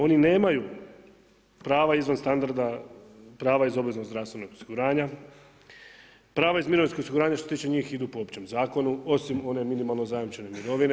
Oni nemaju pravo izvan standarda, prava iz obveznog zdravstvenog osiguranja, prava iz mirovinskog osiguranja, što se tiče njih idu po općem zakonu osim one minimalno zajamčene mirovine.